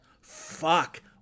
Fuck